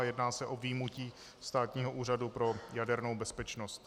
Jedná se o vyjmutí Státního úřadu pro jadernou bezpečnost.